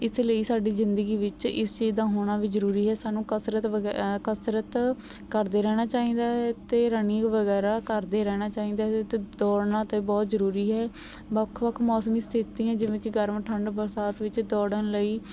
ਇਸ ਲਈ ਸਾਡੀ ਜ਼ਿੰਦਗੀ ਵਿੱਚ ਇਸ ਚੀਜ਼ ਦਾ ਹੋਣਾ ਵੀ ਜ਼ਰੂਰੀ ਹੈ ਸਾਨੂੰ ਕਸਰਤ ਵਗੈ ਕਸਰਤ ਕਰਦੇ ਰਹਿਣਾ ਚਾਹੀਦਾ ਹੈ ਅਤੇ ਰਨਿੰਗ ਵਗੈਰਾ ਕਰਦੇ ਰਹਿਣਾ ਚਾਹੀਦਾ ਅਤੇ ਦੌੜਨਾ ਤਾਂ ਬਹੁਤ ਜ਼ਰੂਰੀ ਹੈ ਵੱਖ ਵੱਖ ਮੌਸਮ ਸਥਿਤੀਆਂ ਜਿਵੇਂ ਕਿ ਗਰਮ ਠੰਡ ਬਰਸਾਤ ਵਿੱਚ ਦੌੜਨ ਲਈ